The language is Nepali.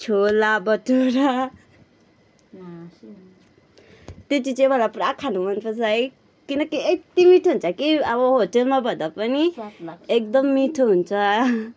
छोला बटोरा त्यति चाहिँ मलाई पुरा खानु मन पर्छ है किनकि यति मिठो हुन्छ कि अब हेटेलमाभन्दा पनि एकदम मिठो हुन्छ